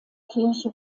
kirche